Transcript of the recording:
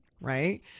Right